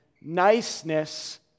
niceness